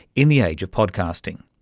in the age of podcasting.